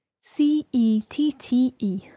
C-E-T-T-E